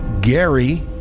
Gary